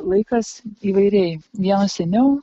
laikas įvairiai vienos seniau